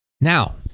now